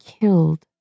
killed